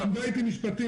היא למדה איתי משפטים ביחד.